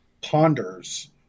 Ponders